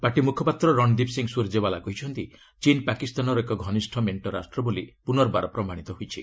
party ମୁଖପାତ୍ର ରଣଦୀପ ସିଂହ ସୂରଯେଓ୍ୱାଲା କହିଛନ୍ତି ଚୀନ୍ ପାକିସ୍ତାନର ଏକ ଘନିଷ୍ଠ ମେଙ୍କ ରାଷ୍ଟ୍ର ବୋଲି ପୁନର୍ବାର ପ୍ରମାଣିତ ହୋଇଛି